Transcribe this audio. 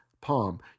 Palm